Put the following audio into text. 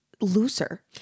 looser